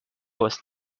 was